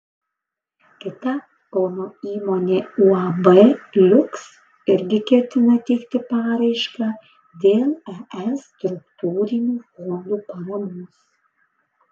kita kauno įmonė uab liuks irgi ketina teikti paraišką dėl es struktūrinių fondų paramos